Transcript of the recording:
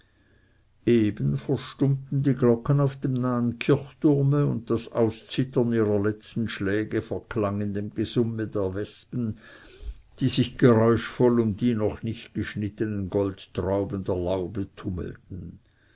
eben verstummten die glocken auf dem nahen kirchturme und das auszittern ihrer letzten schläge verklang in dem gesumme der wespen die sich geräuschvoll um die noch nicht geschnittenen goldtrauben der laube tummelten